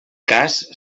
cas